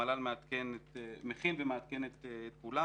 המל"ל מכין ומעדכן את כולם